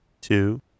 two